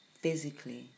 physically